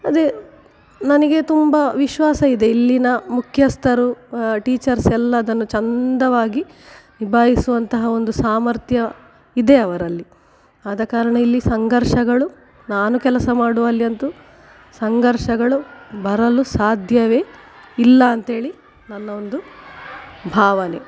ಅದೇ ನನಗೆ ತುಂಬ ವಿಶ್ವಾಸ ಇದೆ ಇಲ್ಲಿನ ಮುಖ್ಯಸ್ಥರು ಟೀಚರ್ಸ್ ಎಲ್ಲ ಅದನ್ನು ಚಂದವಾಗಿ ನಿಭಾಯಿಸುವಂತಹ ಒಂದು ಸಾಮರ್ಥ್ಯ ಇದೆ ಅವರಲ್ಲಿ ಆದ ಕಾರಣ ಇಲ್ಲಿ ಸಂಘರ್ಷಗಳು ನಾನು ಕೆಲಸ ಮಾಡುವಲ್ಲಿ ಅಂತೂ ಸಂಘರ್ಷಗಳು ಬರಲು ಸಾಧ್ಯವೇ ಇಲ್ಲ ಅಂತ್ಹೇಳಿ ನನ್ನ ಒಂದು ಭಾವನೆ